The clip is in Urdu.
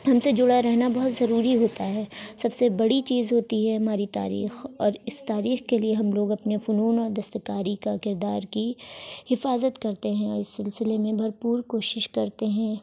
ہم سے جڑا رہنا بہت ضروری ہوتا ہے سب سے بڑی چیز ہوتی ہے ہماری تاریخ اور اس تاریخ کے لیے ہم لوگ اپنے فنون اور دستکاری کا کردار کی حفاظت کرتے ہیں اور اس سلسلے میں بھرپور کوشش کرتے ہیں